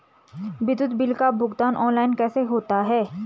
विद्युत बिल का भुगतान ऑनलाइन कैसे होता है?